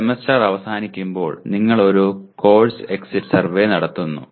അതായത് സെമസ്റ്റർ അവസാനിക്കുമ്പോൾ നിങ്ങൾ ഒരു കോഴ്സ് എക്സിറ്റ് സർവേ നടത്തുന്നു